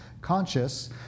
conscious